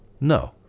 No